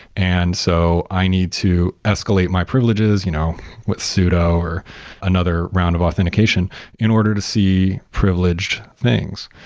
and so i need to escalate my privileges you know with pseudo, or another round of authentication in order to see privileged things.